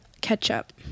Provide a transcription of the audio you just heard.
ketchup